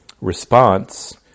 response